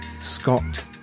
Scott